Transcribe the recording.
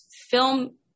film